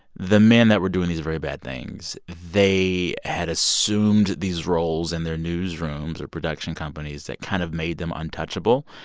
the men that were doing these very bad things. they had assumed these roles in their newsrooms or production companies that kind of made them untouchable.